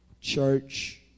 Church